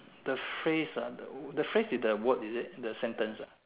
the phrase ah the phrase is the word is it the sentence ah